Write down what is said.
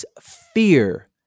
fear